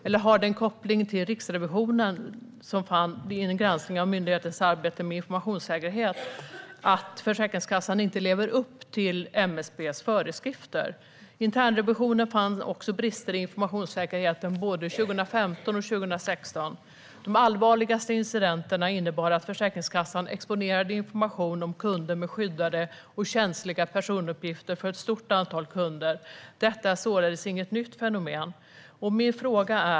Eller finns det en koppling till det som Riksrevisionen fann vid en granskning av myndighetens arbete med informationssäkerhet, nämligen att Försäkringskassan inte lever upp till MSB:s föreskrifter? Internrevisionen fann också brister i informationssäkerheten, både 2015 och 2016. De allvarligaste incidenterna innebar att Försäkringskassan exponerade information om kunder med skyddade och känsliga personuppgifter för ett stort antal andra kunder. Detta är således inget nytt fenomen.